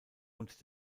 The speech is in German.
und